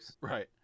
Right